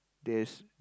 there's